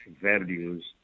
values